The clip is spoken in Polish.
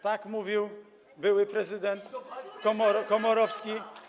Tak mówił były prezydent Komorowski.